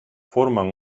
forman